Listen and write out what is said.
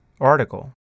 article